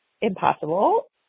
impossible